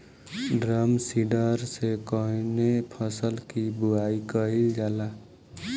Drum seeder से कवने फसल कि बुआई कयील जाला?